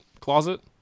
closet